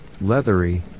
leathery